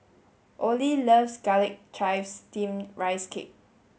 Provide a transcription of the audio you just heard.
Olie loves garlic chives steamed rice cake